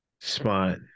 spot